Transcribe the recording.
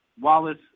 Wallace